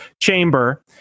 chamber